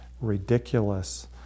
ridiculous